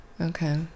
okay